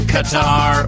Qatar